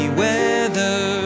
weather